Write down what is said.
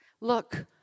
Look